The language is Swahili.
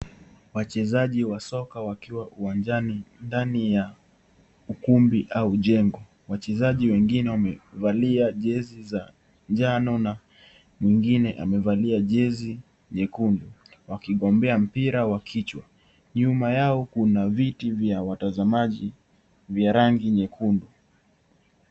Wachezaji wa soka wakiwa uwanjani, ndani ya ukumbi au jengo. Wachezaji wengine wamevalia jezi za njano na mwingine amevalia jezi nyekundu wakigombea mpira wa kichwa. Nyuma yao kuna viti vya watazamaji vya rangi nyekundu.